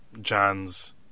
John's